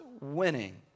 winning